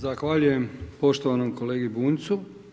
Zahvaljujem poštovanom kolegi Bunjcu.